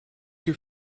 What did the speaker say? your